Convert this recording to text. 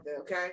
okay